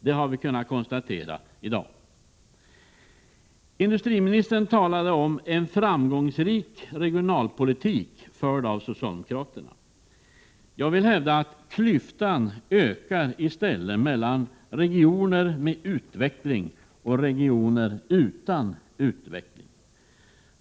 Det har vi kunnat konstatera i dag. Industriministern talade om en framgångsrik regionalpolitik, förd av socialdemokraterna. Jag vill hävda att klyftan i stället ökar mellan regioner med utveckling och regioner utan utveckling.